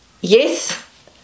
yes